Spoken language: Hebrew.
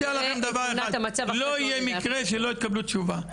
מבטיח לכם דבר אחד, לא יהיה מקרה שלא תקבלו תשובה.